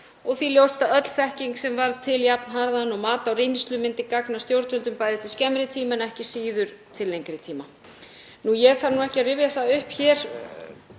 og því ljóst að öll þekking sem varð til jafnharðan og mat á reynslu myndi gagnast stjórnvöldum bæði til skemmri tíma en ekki síður til lengri tíma. Ég þarf ekki að rifja upp hér